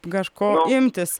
kažko imtis